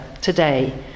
today